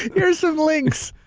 here are some links.